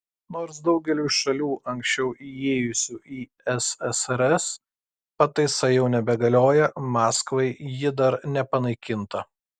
nors daugeliui šalių anksčiau įėjusių į ssrs pataisa jau nebegalioja maskvai ji dar nepanaikinta